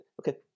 Okay